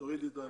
תורידי אותם.